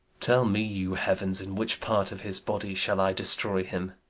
tell me, you heavens, in which part of his body shall i destroy him?